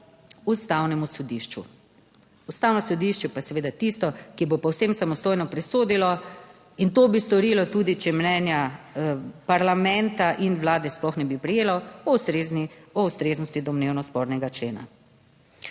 Ustavnemu sodišču, Ustavno sodišče pa je seveda tisto, ki bo povsem samostojno presodilo in to bi storilo tudi, če mnenja parlamenta in vlade sploh ne bi prejelo o ustreznosti domnevno spornega člena.